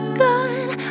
gone